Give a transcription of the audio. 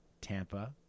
Tampa